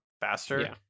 faster